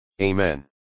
Amen